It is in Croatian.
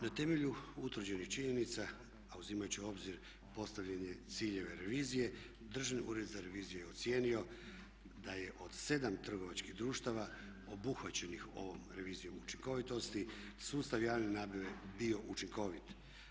Na temelju utvrđenih činjenica a uzimajući u obzir postavljene ciljeve revizije Državni ured za reviziju je ocijenio da je od 7 trgovačkih društava obuhvaćenih ovom revizijom učinkovitosti sustav javne nabave bio učinkovit.